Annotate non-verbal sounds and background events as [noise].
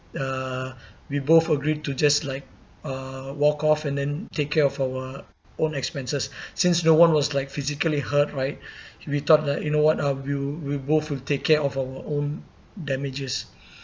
uh we both agreed to just like uh walk off and then take care of our own expenses since no one was like physically hurt right [breath] we thought like you know what uh we'll we'll both would take care of our own damages